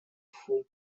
уфу